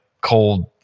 cold